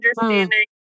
understanding